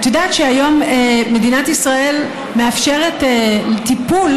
את יודעת שהיום מדינת ישראל מאפשרת טיפול